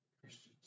Christians